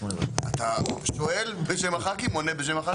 אתה שואל בשם הח"כים, עונה בשם הח"כים?